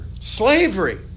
Slavery